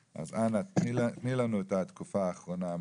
אנא תני לנו את העובדות לגבי התקופה האחרונה.